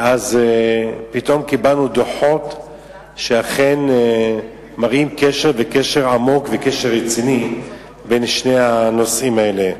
ופתאום קיבלנו דוחות שאכן מראים קשר עמוק ורציני בין שני הנושאים האלה.